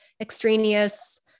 extraneous